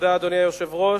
אדוני היושב-ראש,